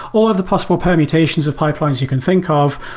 all of the possible permutations of pipelines you can think of.